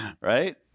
Right